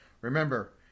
Remember